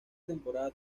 temporada